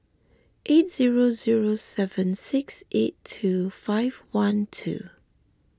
eight zero zero seven six eight two five one two